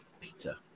pizza